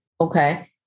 Okay